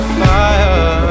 fire